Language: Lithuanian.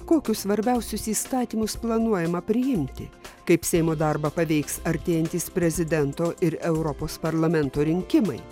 kokius svarbiausius įstatymus planuojama priimti kaip seimo darbą paveiks artėjantys prezidento ir europos parlamento rinkimai